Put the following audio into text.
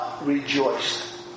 rejoiced